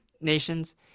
nations